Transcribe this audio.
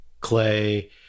Clay